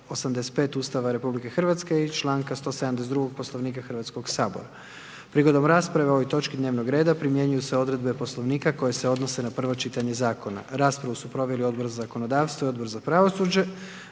Ustava RH i članka 172. Poslovnika Hrvatskog sabora. Prigodom rasprave o ovoj točki dnevnog reda primjenjuju se odredbe kao što proizlazi od naslova prvoga čitanja. Raspravu su proveli Odbor za zakonodavstvo, Odbor za obitelj,